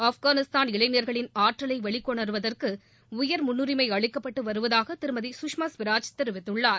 ஆப்காளிஸ்தான் இளைஞர்களின் ஆற்றலை வெளிக்கொணருவதற்கு உயர் முன்னுரிமை அளிக்கப்பட்டு வருவதாக திருமதி சுஷ்மா ஸ்வராஜ் தெரிவித்துள்ளார்